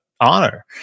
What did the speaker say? honor